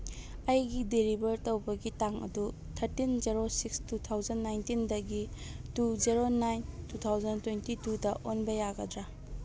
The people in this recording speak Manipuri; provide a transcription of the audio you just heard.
ꯑꯩꯒꯤ ꯗꯤꯂꯤꯚꯔ ꯇꯧꯕꯒꯤ ꯇꯥꯡ ꯑꯗꯨ thirteen zero six two thousand ꯅꯥꯏꯟꯇꯤꯟꯗꯒꯤ two zero nine two thousand twenty ꯇꯨꯗ ꯑꯣꯟꯕ ꯌꯥꯒꯗ꯭ꯔꯥ